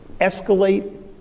escalate